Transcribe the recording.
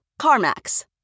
CarMax